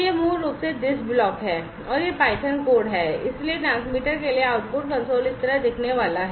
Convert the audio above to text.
यह मूल रूप से this ब्लॉक है और यह python कोड है और इसलिए ट्रांसमीटर के लिए आउटपुट कंसोल इस तरह दिखने वाला है